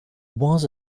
was